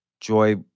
Joy